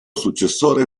successore